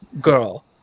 girl